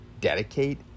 dedicate